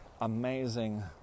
amazing